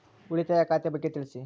ಉಳಿತಾಯ ಖಾತೆ ಬಗ್ಗೆ ತಿಳಿಸಿ?